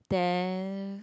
then